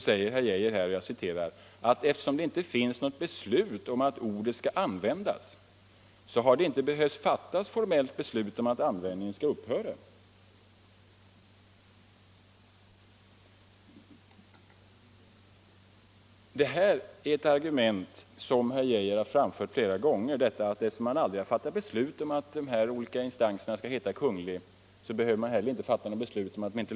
Herr Geijer säger ”att eftersom det inte finns något beslut om att ordet skall användas, så har det inte behövt fattas formellt beslut om att användningen skall upphöra”. Detta att det inte behövs något beslut att ta bort ordet Kungl., eftersom det inte finns något beslut att det skall heta Kungl., är ett argument som herr Geijer flera gånger framfört.